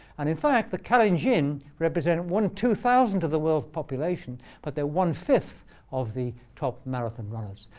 and in fact, the kalenjin represent one two thousandth of the world's population. but they're one-fifth of the top marathon runners.